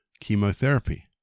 Chemotherapy